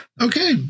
okay